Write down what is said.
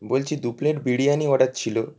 বলছি দু plate biryani order ছিল